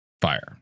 Fire